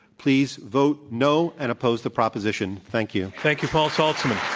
please vote no and oppose the proposition. thank you. thank you, paul saltzman.